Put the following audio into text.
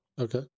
Okay